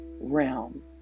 realm